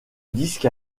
disque